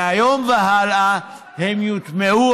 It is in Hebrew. מהיום והלאה הם יוטמעו,